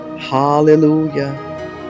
Hallelujah